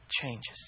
changes